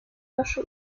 ruso